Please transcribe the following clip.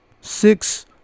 six